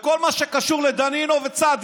בכל מה שקשור בדנינו וצ',